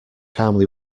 calmly